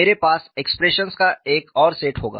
मेरे पास एक्सप्रेशंस का एक और सेट होगा